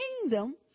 kingdom